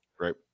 Right